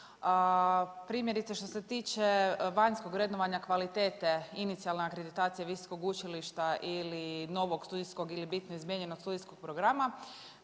Primjerice što se tiče vanjskog vrednovanja kvalitete inicijalna akreditacija visokog učilišta ili novog studijskog ili bitno izmijenjenog studijskog programa